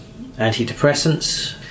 antidepressants